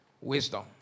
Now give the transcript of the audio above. wisdom